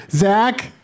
Zach